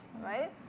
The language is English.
right